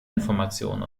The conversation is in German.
information